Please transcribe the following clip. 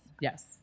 Yes